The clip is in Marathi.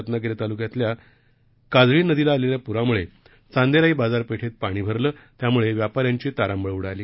रत्नागिरी तालुक्यातल्या काजळी नदीला आलेल्या पुरामुळे चांदेराई बाजारपेठेत पाणी भरलं त्यामुळे व्यापाऱ्यांची तारांबळ उडाली